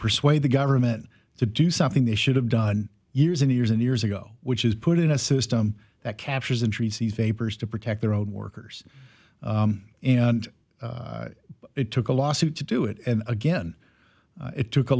persuade the government to do something they should have done years and years and years ago which is put in a system that captures in trees the vapors to protect their own workers and it took a lawsuit to do it and again it took a